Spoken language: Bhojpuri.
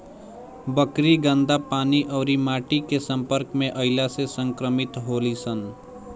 बकरी गन्दा पानी अउरी माटी के सम्पर्क में अईला से संक्रमित होली सन